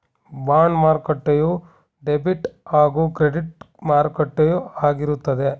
bond ಮಾರುಕಟ್ಟೆಯು debit ಹಾಗೂ credit ಮಾರುಕಟ್ಟೆಯು ಆಗಿರುತ್ತದೆ